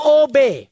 obey